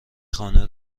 خانه